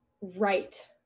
right